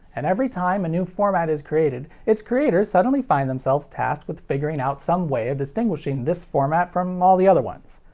and every time a new format is created, its creators suddenly find themselves tasked with figuring out some way of distinguishing this format from all the other ones.